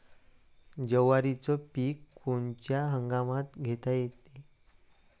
जवारीचं पीक कोनच्या हंगामात घेता येते?